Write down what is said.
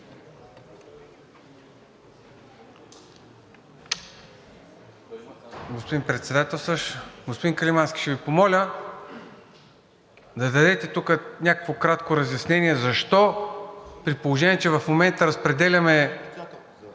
Господин Председателстващ! Господин Каримански, ще Ви помоля да ни дадете тук някакво кратко разяснение защо, при положение че в момента разпределяме